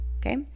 okay